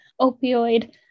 opioid